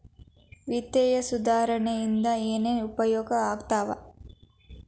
ವಿತ್ತೇಯ ಸುಧಾರಣೆ ಇಂದ ಏನೇನ್ ಉಪಯೋಗ ಆಗ್ತಾವ